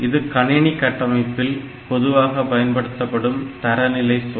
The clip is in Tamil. இது கணினி கட்டமைப்பில் பொதுவாக பயன்படுத்தப்படும் தரநிலை சொல்